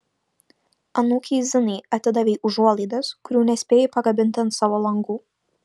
anūkei zinai atidavei užuolaidas kurių nespėjai pakabinti ant savo langų